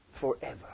forever